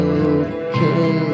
okay